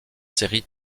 séries